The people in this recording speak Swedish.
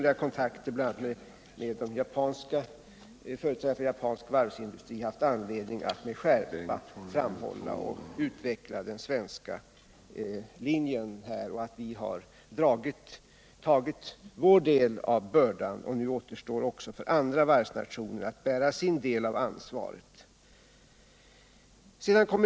Vi har också vid personliga kontakter med företrädare för japansk varvsindustri haft anledning att med skärpa utveckla den svenska linjen: Vi har tagit vår del av bördan; nu återstår också för andra varvsnationer att bära sin del av ansvaret.